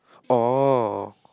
orh